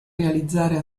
realizzare